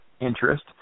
interest